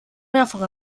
mehrfach